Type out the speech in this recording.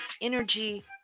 energy